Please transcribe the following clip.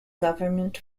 government